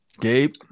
Gabe